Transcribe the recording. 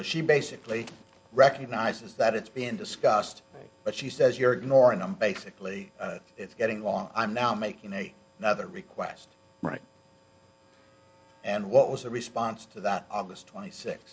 so she basically recognizes that it's been discussed but she says you're ignoring them basically it's getting long i'm not making any other requests right and what was the response to that august twenty six